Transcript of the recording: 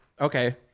Okay